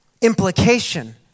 Implication